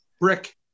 Rick